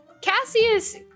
Cassius